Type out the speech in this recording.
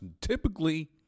typically